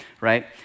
right